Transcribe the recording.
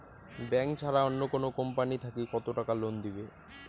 Bank ছাড়া অন্য কোনো কোম্পানি থাকি কত টাকা লোন দিবে?